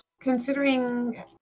considering